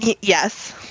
Yes